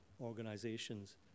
organizations